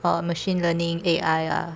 uh machine learning A_I lah